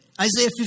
Isaiah